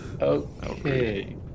okay